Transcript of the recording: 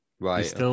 Right